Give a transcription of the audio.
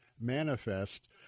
manifest